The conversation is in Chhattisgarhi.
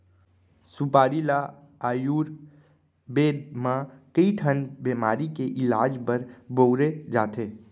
सुपारी ल आयुरबेद म कइ ठन बेमारी के इलाज बर बउरे जाथे